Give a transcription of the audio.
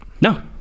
No